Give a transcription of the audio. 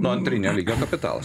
nu antrinio lygio kapitalas